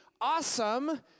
awesome